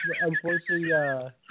Unfortunately